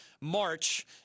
March